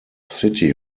city